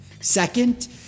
Second